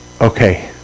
okay